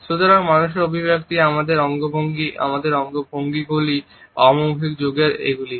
সুতরাং মুখের অভিব্যক্তি আমাদের অঙ্গভঙ্গি আমাদের ভঙ্গিগুলি অমৌখিক যোগাযোগের এই দিকগুলি